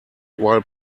while